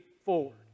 forward